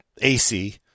AC